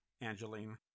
Angeline